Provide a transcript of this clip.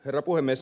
herra puhemies